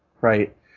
right